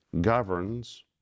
governs